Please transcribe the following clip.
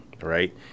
right